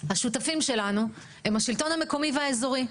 השותפים שלנו הם השלטון המקומי והאזורי.